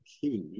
key